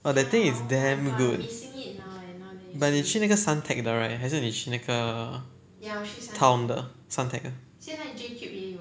!wah! that thing is damn good but 你去那个 suntec 的 right 还是你去那个 town 的 suntec ah